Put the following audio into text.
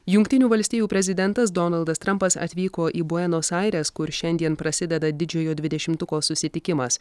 jungtinių valstijų prezidentas donaldas trampas atvyko į buenos aires kur šiandien prasideda didžiojo dvidešimtuko susitikimas